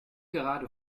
gerade